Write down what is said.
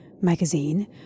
magazine